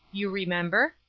you remember?